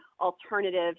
alternative